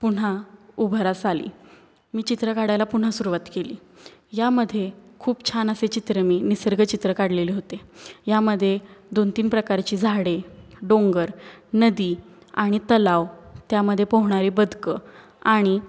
पुन्हा उभरास आली मी चित्र काढायला पुन्हा सुरुवात केली यामध्ये खूप छान असे चित्र मी निसर्ग चित्र काढलेले होते यामध्ये दोन तीन प्रकारची झाडे डोंगर नदी आणि तलाव त्यामध्ये पोहणारी बदकं आणि